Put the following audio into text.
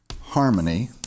Harmony